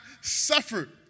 suffered